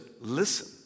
listen